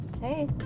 Hey